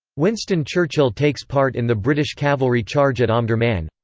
winston churchill takes part in the british cavalry charge at omdurman.